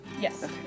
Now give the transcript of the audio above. Yes